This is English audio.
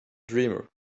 dreamer